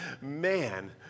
man